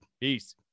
peace